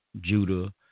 Judah